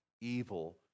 evil